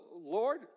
Lord